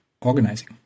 organizing